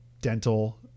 dental